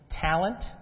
talent